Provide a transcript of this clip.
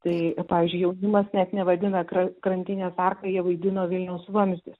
tai pavyzdžiui jaunimas net nevadina kra krantinės arka jie vaidina vilniaus vamzdis